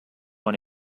one